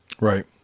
Right